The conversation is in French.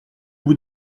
vous